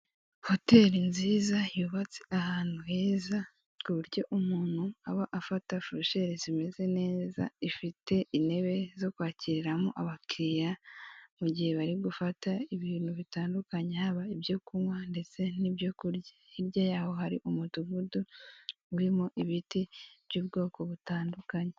Hoteli nziza yubatse ahantu heza ku buryo umuntu aba afata furesheri zimeze neza, ifite intebe zo kwakiriramo abakiriya mu gihe bari gufata ibintu bitandukanye haba kunywa ndetse n'ibyo kurya, hirya yaho hari umudugudu urimo ibiti by'ubwoko butandukanye.